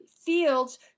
Fields